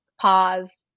pause